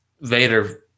Vader